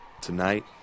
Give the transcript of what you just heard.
tonight